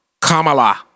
Kamala